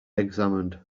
examined